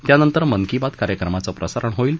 त्यानंतर मन की बात कार्यक्रमांचे प्रसारण होईल